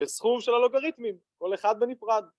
בסכום של הלוגריתמים, כל אחד בנפרד